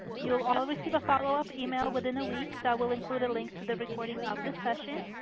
you'll all receive a follow-up email within a week that will include a link to the recording of the session.